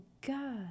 God